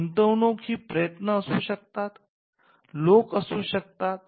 गुंतवणूक ही प्रयत्न असू शकतात लोक असू शकतात